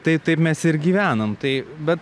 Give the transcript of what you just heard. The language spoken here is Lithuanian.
tai taip mes ir gyvenam tai bet